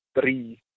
three